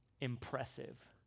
impressive